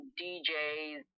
djs